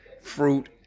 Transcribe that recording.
fruit